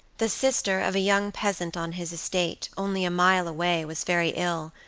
the sister of a young peasant on his estate, only a mile away, was very ill,